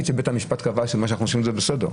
שבית המשפט קבע שמה שאנחנו עושים זה בסדר.